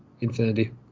infinity